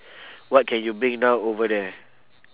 what can you bring now over there